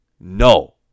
No